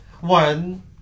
one